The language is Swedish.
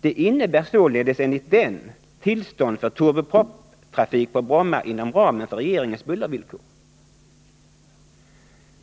Det innebär således att tillstånd ges för trafik med turbopropplan på Bromma inom ramen för regeringens bullervillkor.